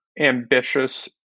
ambitious